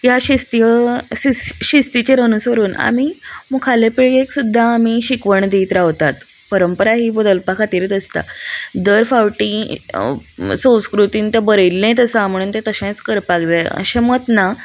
ह्या शिस्ती सिस शिस्तीचेर अनुसरून आमी मुखाल्ले पिळगेक सुद्दां आमी शिकवण दीत रावतात परंपरा ही बदलपा खातीरच आसता दर फावटी संस्कृतीन तें बरयल्लेंत आसा म्हणून तें तशेंच करपाक जाय अशें मत ना